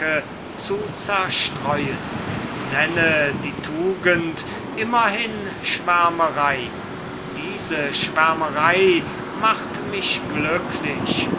zu zerstreuen laß die tugend immer eine schwärmerei sein diese schwärmerei macht mich glücklich